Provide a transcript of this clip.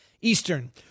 Eastern